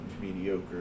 mediocre